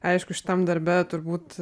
aišku šitam darbe turbūt